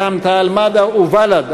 רע"ם-תע"ל-מד"ע ובל"ד.